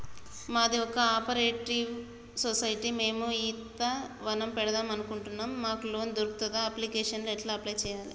మాది ఒక cooperative society మేము ఈత వనం పెడతం మాకు లోన్ దొర్కుతదా? అప్లికేషన్లను ఎట్ల అప్లయ్ చేయాలే?